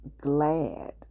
glad